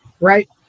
right